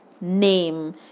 name